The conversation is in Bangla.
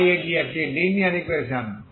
তাই এটি একটি লিনিয়ার ইকুয়েশন